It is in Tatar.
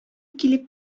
килеп